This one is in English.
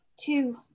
two